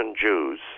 Jews